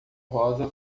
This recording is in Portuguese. rosa